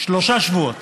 שלושה שבועות,